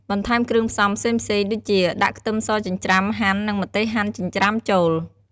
បន្ថែមគ្រឿងផ្សំផ្សេងៗដូចជា ដាក់ខ្ទឹមសចិញ្ច្រាំ ហាន់ និង ម្ទេសហាន់ ចិញ្ច្រាំ ចូល។